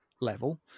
level